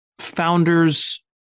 founders